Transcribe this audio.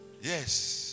Yes